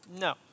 No